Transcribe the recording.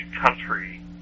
country